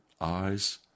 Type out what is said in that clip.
eyes